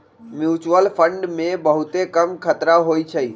mutual fund मे बहुते कम खतरा होइ छइ